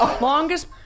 Longest